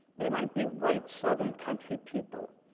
they might be white, southern country people,